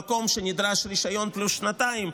במקום שנדרש רישיון פלוס שנתיים,